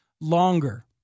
longer